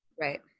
right